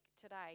today